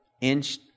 Inch